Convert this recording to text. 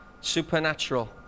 supernatural